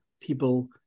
people